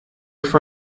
for